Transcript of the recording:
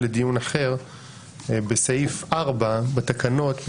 בסעיף 4 בתקנות,